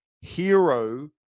hero